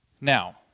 Now